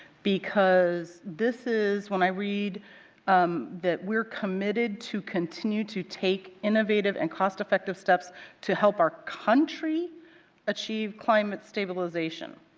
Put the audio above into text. because this is, when i read um that we're committed to continue to take innovative and cost-effective steps to help our country achieve climate stabilization.